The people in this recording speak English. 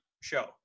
show